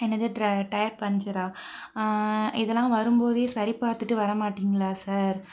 என்னது டயர் பஞ்சரா இதலாம் வரும் போதே சரி பார்த்துட்டு வர மாட்டீங்களா சார்